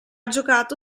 giocato